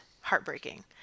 heartbreaking